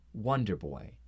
Wonderboy